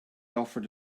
offered